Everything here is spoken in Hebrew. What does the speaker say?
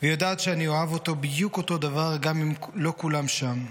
/ ויודעת שאני אוהב אותו בדיוק אותו דבר גם אם לא כולם שם.